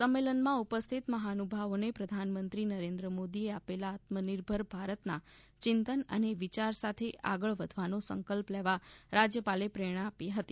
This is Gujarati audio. સંમેલનમાં ઉપસ્થિતત મહાનુભાવોને પ્રધાનમંત્રી નરેન્દ્ર મોદીએ આપેલા આત્મનિર્ભર ભારતના ચિંતન અને વિચાર સાથે આગળ વધવાનો સંકલ્પ લેવા રાજ્યપાલે પ્રેરણા આપી હતી